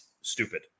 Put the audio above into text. stupid